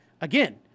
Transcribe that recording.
Again